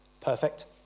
Perfect